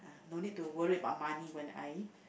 don't need to worry about money when I